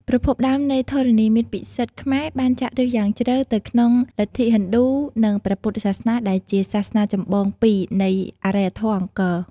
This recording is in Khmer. ប្រភពដើមនៃធរណីមាត្រពិសិដ្ឋខ្មែរបានចាក់ឫសយ៉ាងជ្រៅទៅក្នុងលទ្ធិហិណ្ឌូនិងព្រះពុទ្ធសាសនាដែលជាសាសនាចម្បងពីរនៃអរិយធម៌អង្គរ។